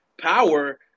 power